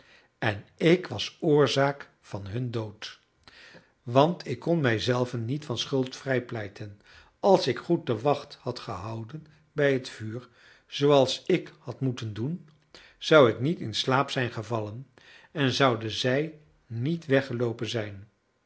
en ik was oorzaak van hun dood want ik kon mij zelven niet van schuld vrijpleiten als ik goed de wacht had gehouden bij het vuur zooals ik had moeten doen zou ik niet in slaap zijn gevallen en zouden zij niet weggeloopen zijn